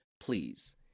please